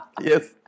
Yes